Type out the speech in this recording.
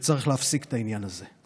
וצריך להפסיק את העניין הזה,